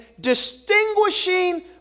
distinguishing